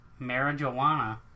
marijuana